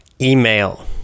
email